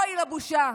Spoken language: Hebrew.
אוי לבושה.